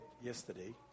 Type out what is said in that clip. yesterday